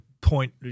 point